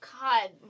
god